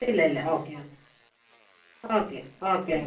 ഇല്ല ഇല്ല okay okay okay okay okay